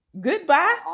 goodbye